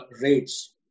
rates